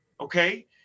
Okay